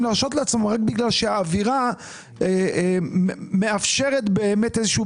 להרשות לעצמם רק בגלל שהאווירה מאפשרת באמת איזשהו